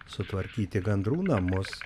sutvarkyti gandrų namus